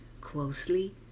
closely